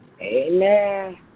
Amen